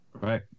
right